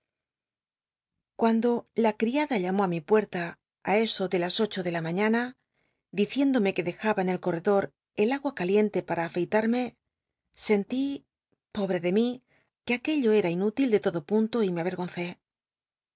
cuando la criada llamó á mi puet ta á eso de las ocho de la mañana diciéndome que dejaba en el corredor el agua caliente para a elcmne sentí pobre de mí que aquello era inútil de lodo punto y me ayergoncé